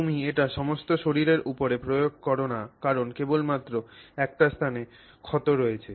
তুমি এটি সমস্ত শরীরের উপরে প্রয়োগ কর না কারণ কেবলমাত্র একটি স্থানে ক্ষত রয়েছে